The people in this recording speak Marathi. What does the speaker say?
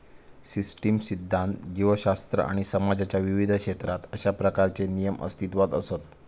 सिस्टीम सिध्दांत, जीवशास्त्र आणि समाजाच्या विविध क्षेत्रात अशा प्रकारचे नियम अस्तित्वात असत